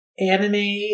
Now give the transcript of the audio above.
Anime